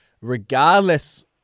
Regardless